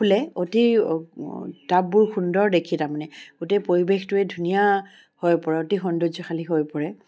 ফুলে অতি টাববোৰ সুন্দৰ দেখি তাৰ মানে গোটেই পৰিৱেশটোৱে ধুনীয়া হৈ পৰে অতি সৌন্দৰ্যশালী হৈ পৰে